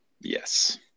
yes